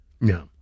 No